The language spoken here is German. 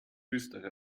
düstere